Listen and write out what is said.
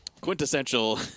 quintessential